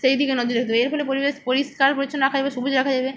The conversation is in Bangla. সেইদিকে নজর রাখতে হবে এর ফলে পরিবেশ পরিষ্কার পরিচ্ছন্ন রাখা যাবে সবুজ রাখা যাবে